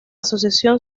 asociación